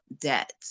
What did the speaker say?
debt